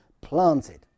planted